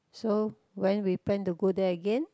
so when we plan to go there again